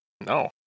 No